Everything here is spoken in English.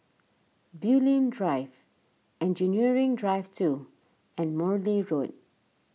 Bulim Drive Engineering Drive two and Morley Road